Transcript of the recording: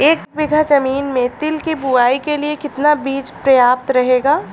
एक बीघा ज़मीन में तिल की बुआई के लिए कितना बीज प्रयाप्त रहेगा?